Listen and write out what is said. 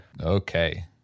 Okay